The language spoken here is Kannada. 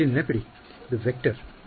ಇಲ್ಲಿ ನೆನಪಿಡಿ ಇದು ವೆಕ್ಟರ್